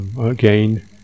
Again